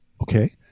okay